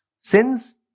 sins